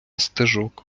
стежок